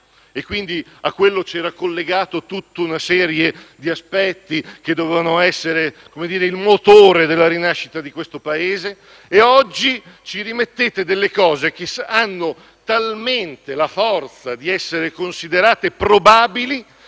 crescita attesa, cui era collegata tutta una serie di aspetti che dovevano essere il motore della rinascita di questo Paese. Oggi ci rimettete delle cose che hanno talmente la forza di essere considerate probabili